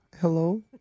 Hello